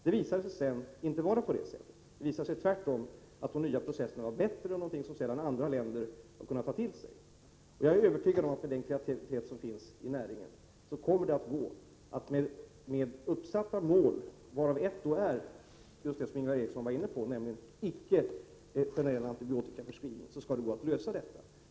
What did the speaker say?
Det visade sig senare tvärtom att de nya processerna var bättre och någonting som andra länder har kunnat ta till sig. Jag är övertygad om att med den kreativitet som finns i näringen kommer det att gå att med uppsatta mål — varav ett är just det som Ingvar Eriksson var inne på, nämligen icke generell antibiotikaförskrivning — lösa problemen.